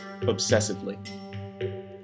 obsessively